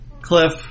Cliff